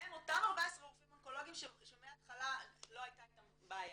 מהם אותם 14 רופאים אונקולוגיים שמהתחלה לא הייתה איתם בעיה.